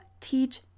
teach